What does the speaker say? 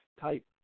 type